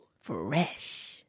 Fresh